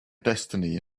destiny